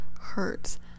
hurts